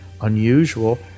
unusual